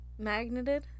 Magneted